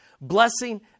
Blessing